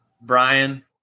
Brian